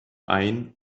ein